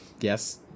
Yes